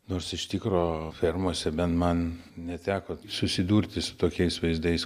nors iš tikro fermose bent man neteko susidurti su tokiais vaizdais